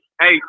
hey